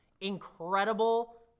incredible